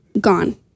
gone